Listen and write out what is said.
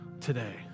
today